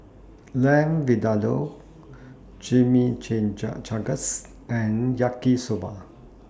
Lamb Vindaloo Chimichangas and Yaki Soba